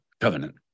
covenant